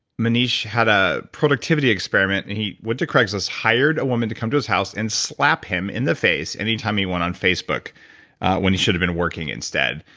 maneesh had a productivity experiment. and he went to craig's list, hired a woman to come to his house and slap him in the face anytime he went on facebook when he should have been working instead,